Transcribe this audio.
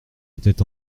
était